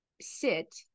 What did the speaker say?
sit